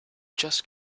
just